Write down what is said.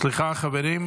סליחה, חברים,